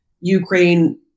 Ukraine